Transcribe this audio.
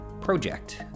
project